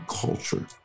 culture